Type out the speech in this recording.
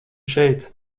šeit